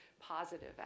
positive